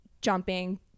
jumping